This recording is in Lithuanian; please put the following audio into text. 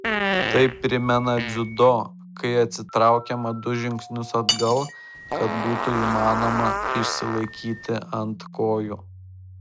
tai primena dziudo kai atsitraukiama du žingsnius atgal kad būtų įmanoma išsilaikyti ant kojų